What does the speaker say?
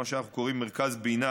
מה שאנחנו קוראים לו מרכז בינה,